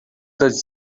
das